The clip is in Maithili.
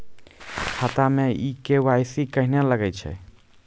खाता मे के.वाई.सी कहिने लगय छै?